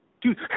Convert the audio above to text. Dude